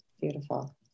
Beautiful